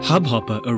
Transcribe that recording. Hubhopper